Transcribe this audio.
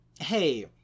Hey